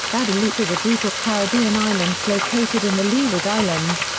guadeloupe is a group of caribbean islands located in the leeward islands,